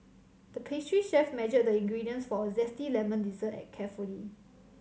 the pastry chef measured the ingredients for a zesty lemon dessert a carefully